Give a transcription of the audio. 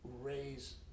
raise